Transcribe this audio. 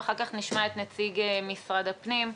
ואחר כך נשמע את נציג משרד הפנים.